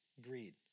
greed